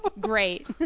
Great